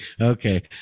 okay